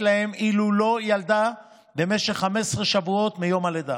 להם אילו לא ילדה במשך 15 שבועות מיום הלידה,